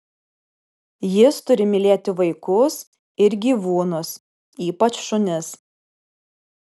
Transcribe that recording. jis turi mylėti vaikus ir gyvūnus ypač šunis